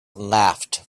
laughed